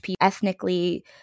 ethnically